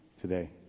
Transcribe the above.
today